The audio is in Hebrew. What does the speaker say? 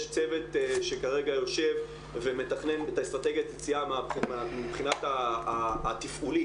יש צוות שכרגע יושב ומתכנן אסטרטגיית יציאה מבחינה תפעולית,